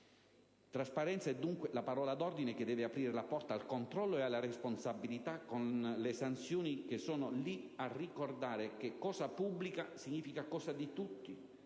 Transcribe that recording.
Trasparenza è, dunque, la parola d'ordine che deve aprire le porte al controllo ed alla responsabilità, con le sanzioni che sono lì a ricordare che «cosa pubblica» significa «cosa di tutti»,